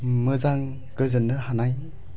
मोजां गोजोननो हानाय